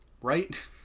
right